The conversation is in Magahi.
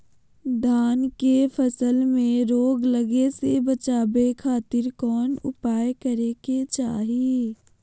धान के फसल में रोग लगे से बचावे खातिर कौन उपाय करे के चाही?